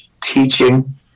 teaching